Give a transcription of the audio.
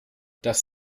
das